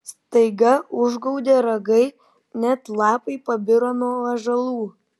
staiga užgaudė ragai net lapai pabiro nuo ąžuolų